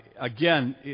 Again